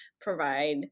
provide